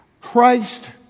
Christ